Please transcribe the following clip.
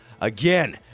again